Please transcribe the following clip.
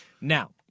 Now